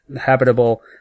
habitable